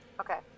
Okay